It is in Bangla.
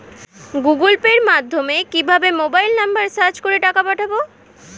গুগোল পের মাধ্যমে কিভাবে মোবাইল নাম্বার সার্চ করে টাকা পাঠাবো?